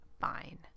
fine